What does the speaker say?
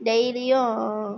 டெய்லியும்